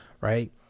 Right